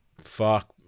Fuck